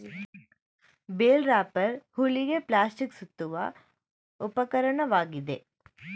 bale wrapper ಹುಲ್ಲಿಗೆ plastic ಸುತ್ತುವ ಉಪಕರಣವಾಗಿದೆ